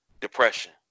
depression